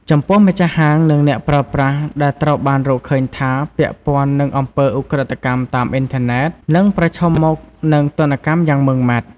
ចំពោះម្ចាស់ហាង និងអ្នកប្រើប្រាស់ដែលត្រូវបានរកឃើញថាពាក់ព័ន្ធនឹងអំពើឧក្រិដ្ឋកម្មតាមអ៊ីនធឺណិត នឹង ប្រឈមមុខ នឹង ទណ្ឌកម្មយ៉ាងម៉ឺងម៉ាត់។